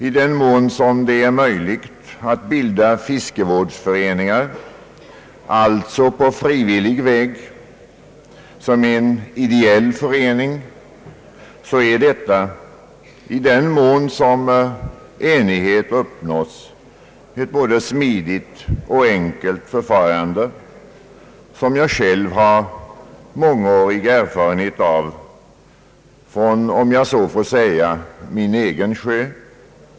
I den mån som det är möjligt att på frivillig väg bilda fiskevårdsföreningar som ideella föreningar så är detta, i den mån enighet nås, ett både smidigt och enkelt förfarande, som jag själv har mångårig erfarenhet av från, om jag så får säga, min egen sjö.